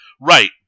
Right